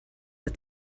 but